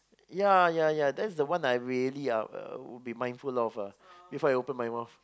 yeah yeah yeah that's the one I really uh would be mindful of ah If I open my mouth